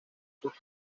sus